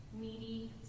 needy